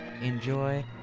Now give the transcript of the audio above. Enjoy